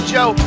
Joe